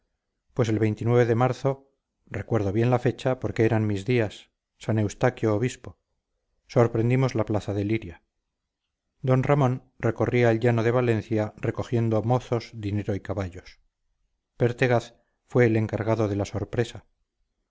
pues el de marzo recuerdo bien la fecha porque eran mis días san eustaquio obispo sorprendimos la plaza de liria don ramón recorría el llano de valencia recogiendo mozos dinero y caballos pertegaz fue el encargado de la sorpresa